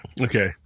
Okay